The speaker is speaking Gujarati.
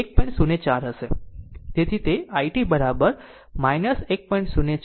તેથી તે આવી રહ્યું છે i t 1